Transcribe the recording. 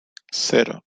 cero